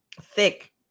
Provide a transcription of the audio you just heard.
thick